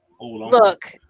Look